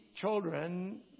children